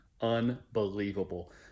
Unbelievable